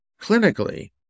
clinically